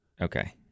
okay